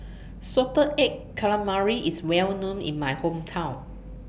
Salted Egg Calamari IS Well known in My Hometown